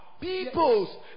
Peoples